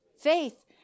faith